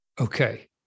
Okay